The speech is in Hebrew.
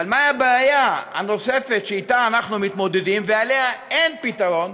אבל מה הבעיה הנוספת שאתה אנחנו מתמודדים ולה אין פתרון?